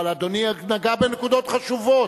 אבל אדוני נגע בנקודות חשובות.